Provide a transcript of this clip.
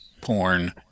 porn